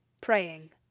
praying